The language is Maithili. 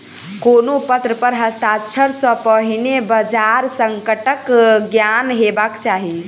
कोनो पत्र पर हस्ताक्षर सॅ पहिने बजार संकटक ज्ञान हेबाक चाही